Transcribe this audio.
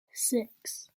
six